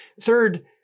Third